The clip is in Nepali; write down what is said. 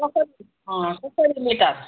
कसरी कसरी लिटर